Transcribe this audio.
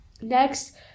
next